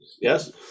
yes